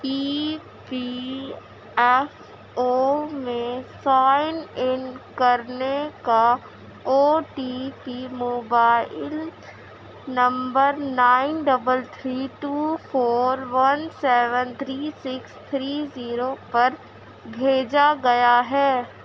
ای P F O میں sign in کرنے کا O T P mobile number nine double three two four one seven three six three zero پر بھیجا گیا ہے